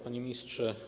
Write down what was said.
Panie Ministrze!